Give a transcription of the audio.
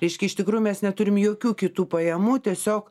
reiškia iš tikrųjų mes neturim jokių kitų pajamų tiesiog